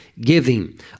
giving